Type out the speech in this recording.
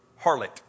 harlot